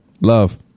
Love